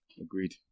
Agreed